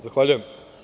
Zahvaljujem.